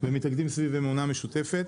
ומתאגדים סביב אמונה משותפת.